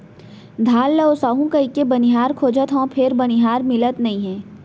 धान ल ओसाहू कहिके बनिहार खोजत हँव फेर बनिहार मिलत नइ हे